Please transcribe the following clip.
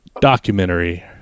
documentary